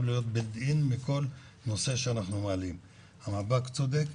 להיות בילד אין בכל נושא שאנחנו מעלים המאבק צודק.